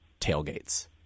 tailgates